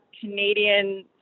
Canadian